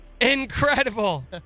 Incredible